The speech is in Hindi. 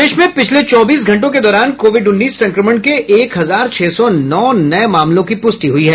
प्रदेश में पिछले चौबीस घंटों के दौरान कोविड उन्नीस संक्रमण के एक हजार छह सौ नौ नये मामलों की प्रष्टि हुई है